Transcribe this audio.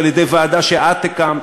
על-ידי ועדה שאת הקמת.